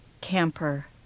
Camper